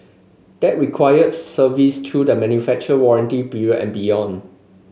that require service through the manufacturer warranty period and beyond